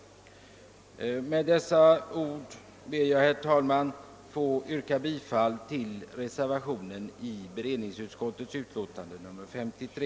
Med dessa ord ber jag, herr talman, att få yrka bifall till den reservation som fogats till allmänna beredningsutskottets utlåtande nr 53.